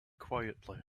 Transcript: quietly